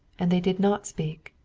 and they did not speak,